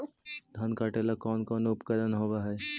धान काटेला कौन कौन उपकरण होव हइ?